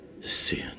sin